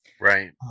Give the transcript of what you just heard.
right